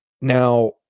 Now